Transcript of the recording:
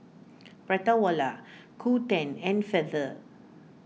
Prata Wala Qoo ten and Feather